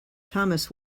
thomas